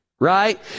right